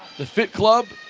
the fit club